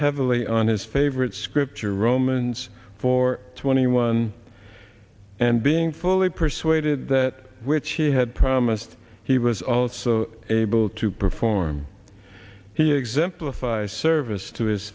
heavily on his favorite scripture romans four twenty one and being fully persuaded that which he had promised he was also able to perform he exemplify